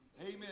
Amen